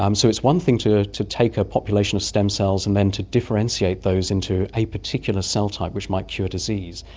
um so it's one thing to to take a population of stem cells and then to differentiate those into a particular cell type which might cure disease,